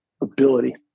ability